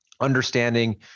understanding